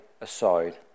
aside